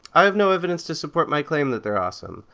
i have no evidence to support my claim that they're awesome.